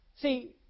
See